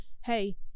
hey